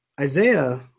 Isaiah